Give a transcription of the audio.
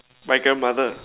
my grandmother